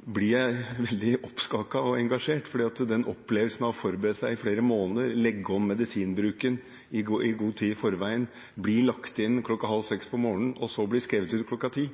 ble jeg veldig oppskaket og engasjert, for å oppleve å forberede seg i flere måneder, legge om medisinbruken i god tid i forveien, bli lagt inn klokken halv seks om morgenen og så bli skrevet ut klokken ti